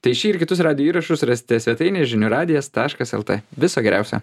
tai šį ir kitus radijo įrašus rasite svetainėj žinių radijo taškas lt viso geriausio